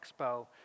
Expo